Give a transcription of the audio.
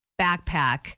backpack